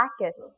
packets